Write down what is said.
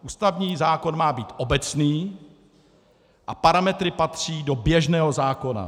Ústavní zákon má být obecný a parametry patří do běžného zákona.